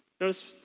Notice